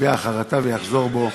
יביע חרטה ויחזור בו.